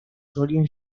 solían